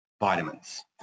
vitamins